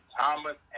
Thomas